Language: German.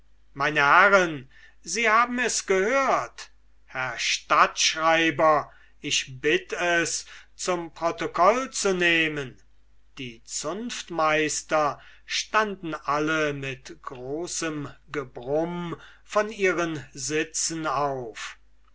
meine herren sie haben es gehört herr stadtschreiber ich bitt es zum protocoll zu nehmen die zunftmeister stunden alle mit großem gebrumme von ihren sitzen auf